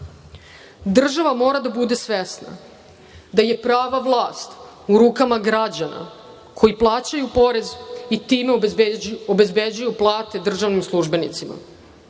Država mora da bude svesna da je prava vlast u rukama građana koji plaćaju porez i time obezbeđuju plate državnim